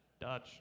Dutch